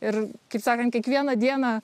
ir kaip sakant kiekvieną dieną